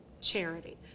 charity